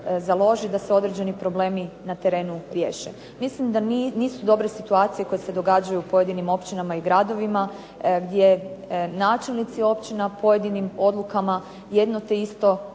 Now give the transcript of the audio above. da se određeni problemi na terenu riješe. Mislim da nisu dobre situacije koje se događaju u pojedinim općinama i gradovima, gdje načelnici općina pojedinim odlukama jedno te isto zemljište